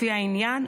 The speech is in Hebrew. לפי העניין,